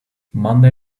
monday